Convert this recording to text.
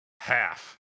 half